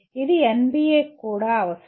ఇది NBA కి కూడా అవసరం